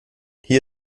hier